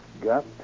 got